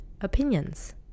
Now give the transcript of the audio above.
opinions